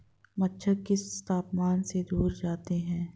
मच्छर किस तापमान से दूर जाते हैं?